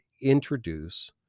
introduce